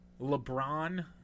LeBron